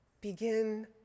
Begin